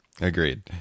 agreed